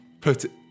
put